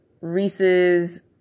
Reese's